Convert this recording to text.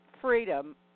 freedom